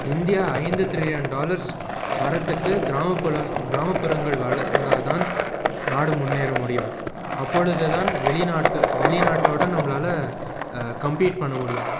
India ஐந்து trillion dollars வரதுக்கு கிராமப்புல கிராமப்புறங்கள் வளர்ந்தா தான் நாடு முன்னேற முடியும் அப்பொழுது தான் வெளிநாட்டு வெளிநாட்டோட நம்மளால கம்பிட் பண்ண முடியும்